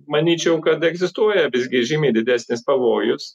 manyčiau kad egzistuoja visgi žymiai didesnis pavojus